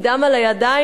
עם דם על הידיים,